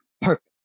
perfect